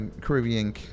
Caribbean